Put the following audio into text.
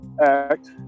Act